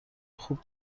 خوب